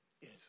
Yes